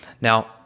Now